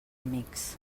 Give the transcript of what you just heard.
amics